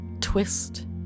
twist